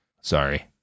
Sorry